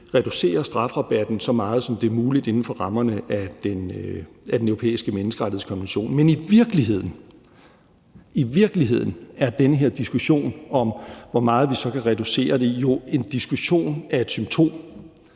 reducere strafrabatten så meget, som det er muligt inden for rammerne af Den Europæiske Menneskerettighedskonvention. Men i virkeligheden er den her diskussion om, hvor meget vi så kan reducere, jo en diskussion af et symptom,